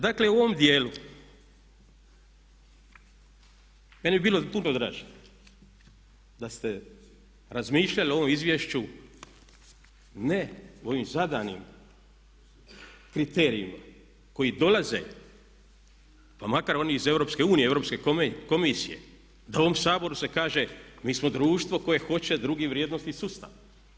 Dakle u ovom djelu meni bi bilo puno draže da ste razmišljali o ovom izvješću ne u ovim zadanim kriterijima koji dolaze pa makar oni iz EU, Europske komisije da u ovom Saboru se kaže mi smo društvo koje hoće drugi vrijednosni sustav.